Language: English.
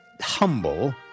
humble